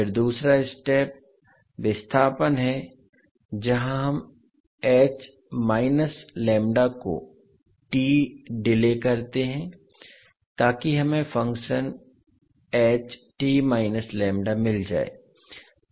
फिर दूसरा स्टेप विस्थापन है जहां हम को t डिले करते हैं ताकि हमें फ़ंक्शन मिल जाए